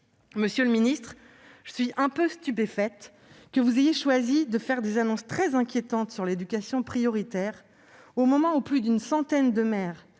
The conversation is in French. Monsieur le ministre, je suis un peu stupéfaite que vous ayez choisi de faire des annonces très inquiétantes sur l'éducation prioritaire au moment où plus d'une centaine de maires,